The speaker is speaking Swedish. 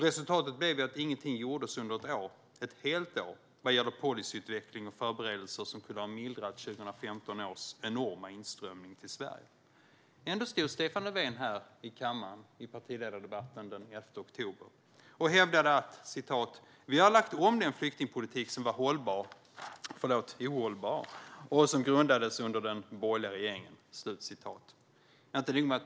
Resultatet blev att ingenting gjordes under ett helt år vad gäller policyutveckling och förberedelser som kunde ha mildrat 2015 års enorma inströmning till Sverige. Ändå stod Stefan Löfven här i kammaren under partiledardebatten den 11 oktober och hävdade att man "har lagt om den flyktingpolitik som var ohållbar och som grundades under den borgerliga regeringen".